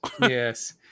Yes